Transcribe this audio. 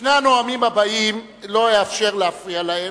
שני הנואמים הבאים, לא אאפשר להפריע להם.